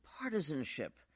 partisanship